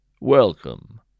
Welcome